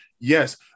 yes